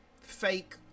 fake